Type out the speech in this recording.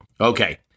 Okay